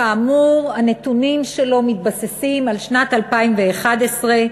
שכאמור הנתונים שלו מתבססים על שנת 2011,